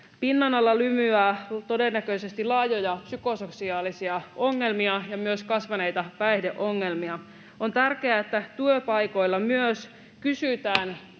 Pinnan alla lymyää todennäköisesti laajoja psykososiaalisia ongelmia ja myös kasvaneita päihdeongelmia. On tärkeää, että työpaikoilla myös kysytään